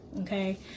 okay